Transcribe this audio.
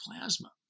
plasma